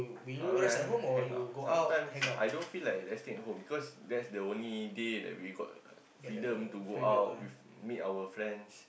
alright hang out sometimes I don't feel like resting at home because that is the only day that we got freedom to go out with meet our friends